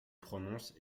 prononce